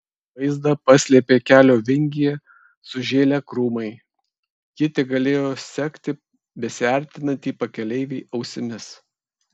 vaizdą paslėpė kelio vingyje sužėlę krūmai ji tegalėjo sekti besiartinantį pakeleivį ausimis